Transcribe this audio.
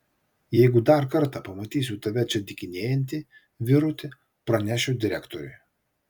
jeigu dar kartą pamatysiu tave čia dykinėjantį vyruti pranešiu direktoriui